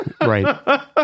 right